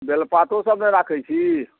बेलपातो सब ने राखै छी